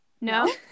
No